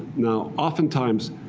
now oftentimes,